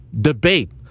debate